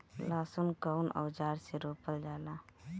लहसुन कउन औजार से रोपल जाला?